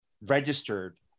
registered